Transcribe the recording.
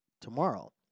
tomorrow